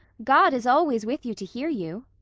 god is always with you to hear you.